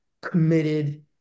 committed